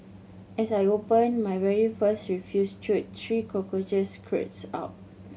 as I opened my very first refuse chute three cockroaches scurried out